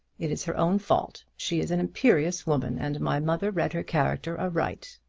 it is her own fault. she is an imperious woman, and my mother read her character aright.